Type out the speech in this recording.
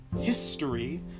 history